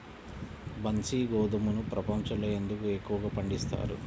బన్సీ గోధుమను ప్రపంచంలో ఎందుకు ఎక్కువగా పండిస్తారు?